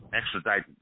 extradite